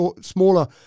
smaller